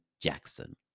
Jackson